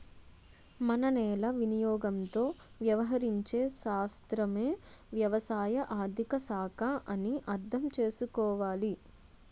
మన నేల వినియోగంతో వ్యవహరించే శాస్త్రమే వ్యవసాయ ఆర్థిక శాఖ అని అర్థం చేసుకోవాలి